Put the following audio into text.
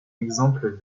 exemple